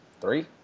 Three